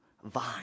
vine